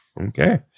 okay